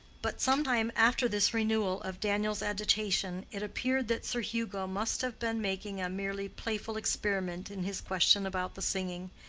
but some time after this renewal of daniel's agitation it appeared that sir hugo must have been making a merely playful experiment in his question about the singing.